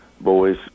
boys